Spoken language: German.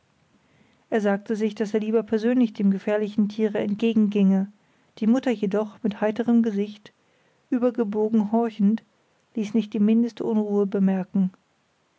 er sagte sich daß er lieber persönlich dem gefährlichen tiere entgegenginge die mutter jedoch mit heiterem gesicht übergebogen horchend ließ nicht die mindeste unruhe bemerken